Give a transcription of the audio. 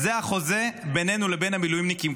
-- זה החוזה בינינו לבין המילואימניקים.